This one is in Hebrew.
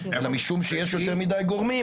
אלא משום שיש יותר מדי גורמים